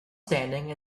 standing